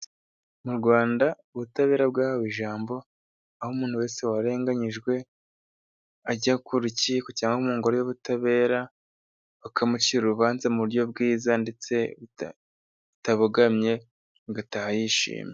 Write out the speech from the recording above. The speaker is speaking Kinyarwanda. Mu Rwanda ubutabera bwahawe ijambo, aho umuntu wese warenganyijwe ajya ku rukiko cyangwa mu ngoro y’ubutabera, bakamucira urubanza mu buryo bwiza ndetse butabogamye, agataha yishimye.